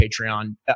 Patreon